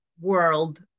world